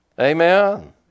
Amen